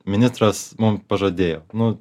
ministras mum pažadėjo nu